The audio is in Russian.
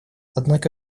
однако